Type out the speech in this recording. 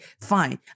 fine